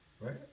Right